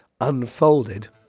unfolded